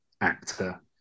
actor